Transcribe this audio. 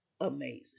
amazing